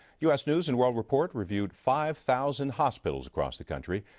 u s. news and world report reviews five thousand hospitals across the country.